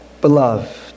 Beloved